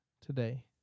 today